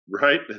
Right